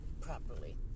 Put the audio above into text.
properly